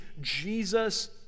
Jesus